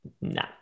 No